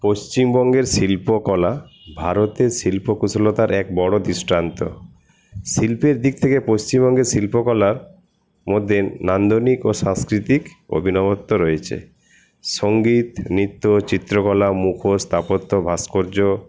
পশ্চিমবঙ্গের শিল্পকলা ভারতে শিল্প কুশলতার এক বড় দৃষ্টান্ত শিল্পের দিক থেকে পশ্চিমবঙ্গের শিল্পকলার মধ্যে নান্দনিক ও সাংস্কৃতিক অভিনবত্ব রয়েছে সংগীত নৃত্য চিত্রকলা মুখোশ স্থাপত্য ভাস্কর্য